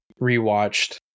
rewatched